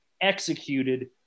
executed